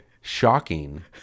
shocking